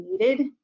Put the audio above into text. needed